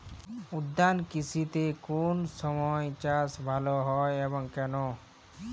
উদ্যান কৃষিতে কোন সময় চাষ ভালো হয় এবং কেনো?